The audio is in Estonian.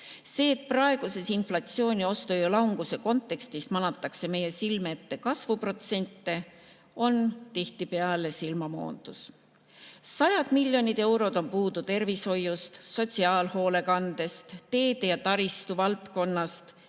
See, et praeguse inflatsiooni, ostujõu languse kontekstis manatakse meie silme ette kasvuprotsente, on tihtipeale silmamoondus. Sajad miljonid eurod on puudu tervishoiust, sotsiaalhoolekandest, teede- ja taristuvaldkonnast,